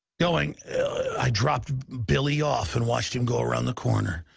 going i dropped billy off and watched him go around the corner,